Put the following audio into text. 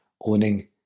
owning